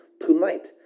Tonight